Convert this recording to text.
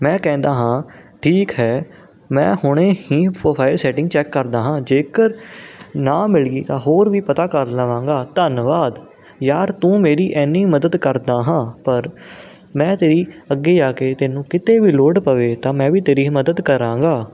ਮੈਂ ਕਹਿੰਦਾ ਹਾਂ ਠੀਕ ਹੈ ਮੈਂ ਹੁਣੇ ਹੀ ਪ੍ਰੋਫਾਈਲ ਸੈਟਿੰਗ ਚੈੱਕ ਕਰਦਾ ਹਾਂ ਜੇਕਰ ਨਾ ਮਿਲੀ ਤਾਂ ਹੋਰ ਵੀ ਪਤਾ ਕਰ ਲਵਾਂਗਾ ਧੰਨਵਾਦ ਯਾਰ ਤੂੰ ਮੇਰੀ ਇੰਨੀ ਮਦਦ ਕਰਦਾ ਹਾਂ ਪਰ ਮੈਂ ਤੇਰੀ ਅੱਗੇ ਆ ਕੇ ਤੈਨੂੰ ਕਿਤੇ ਵੀ ਲੋੜ ਪਵੇ ਤਾਂ ਮੈਂ ਵੀ ਤੇਰੀ ਮਦਦ ਕਰਾਂਗਾ